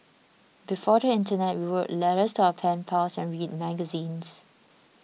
before the internet we wrote letters to our pen pals and read magazines